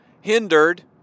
hindered